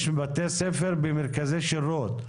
יש בתי ספר במרכזי שירות.